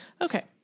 Okay